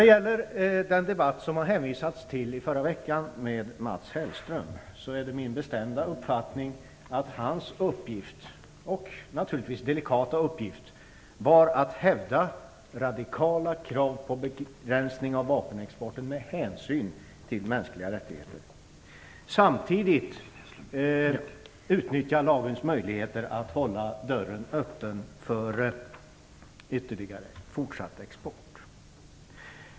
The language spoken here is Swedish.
Det har här hänvisats till en debatt i förra veckan med Mats Hellström. Det är min bestämda uppfattning att hans delikata uppgift var att hävda radikala krav på begränsning av vapenexporten med hänsyn till mänskliga rättigheter, samtidigt som han utnyttjade lagens möjligheter att hålla dörren öppen för ytterligare fortsatt export.